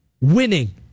winning